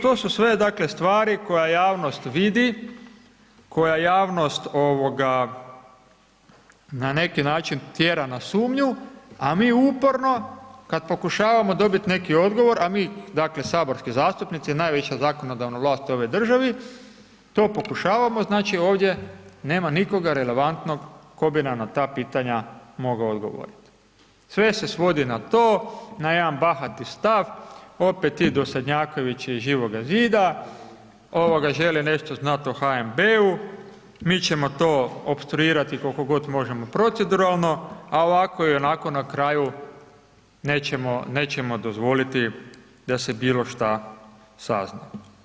To su sve, dakle, stvari koja javnost vidi, koja javnost na neki način tjera na sumnju, a mi uporno kad pokušavamo dobit neki odgovor, a mi dakle, saborski zastupnici, najviša zakonodavna vlast u ovoj državi, to pokušavamo, znači, ovdje nema nikoga relevantnog tko bi nam na ta pitanja mogao odgovorit, sve se svodi na to, na jedan bahati stav, opet ti dosadnjakovići iz Živoga zida žele nešto znat o HNB-u, mi ćemo to opstruirati koliko god možemo proceduralno, a ovako i onako na kraju nećemo dozvoliti da se bilo šta sazna.